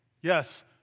yes